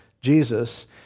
Jesus